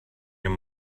your